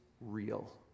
real